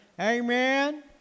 Amen